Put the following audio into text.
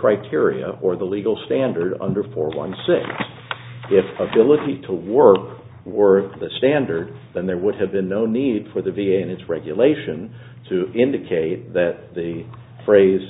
criteria or the legal standard under four one six if ability to work or the standard then there would have been no need for the v a and its regulation to indicate that the phrase